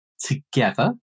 together